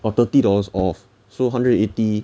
oh thirty dollars off so one hundred and eighty